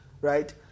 Right